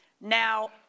Now